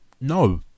No